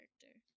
character